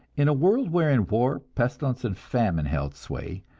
in a world wherein war, pestilence, and famine held sway,